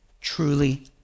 truly